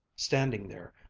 standing there,